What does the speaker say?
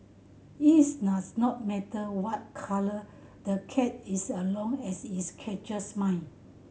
it's does not matter what colour the cat is as long as it catches mice